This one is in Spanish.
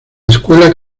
escuela